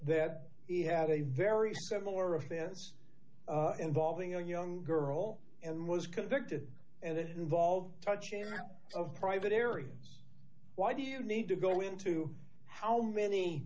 that he had a very similar offense involving a young girl and was convicted and it involved touching of private areas why do you need to go into how many